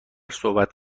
صحبت